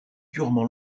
durement